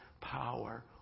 power